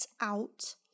out